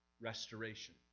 restoration